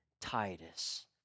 Titus